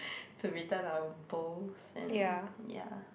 to return our bowls and ya